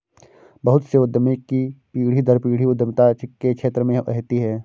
बहुत से उद्यमी की पीढ़ी दर पीढ़ी उद्यमिता के क्षेत्र में रहती है